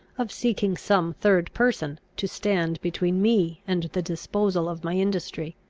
of seeking some third person to stand between me and the disposal of my industry.